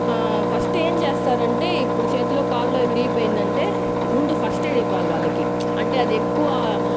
first ఏం చేస్తారంటే ఇప్పుడు చేతులో కాల్లో విరిగిపోయిందంటే ముందు ఫస్ట్ ఎయిడి ఇవ్వాలి వాళ్ళకి అంటే అదెక్కువ